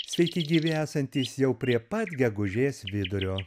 sveiki gyvi esantys jau prie pat gegužės vidurio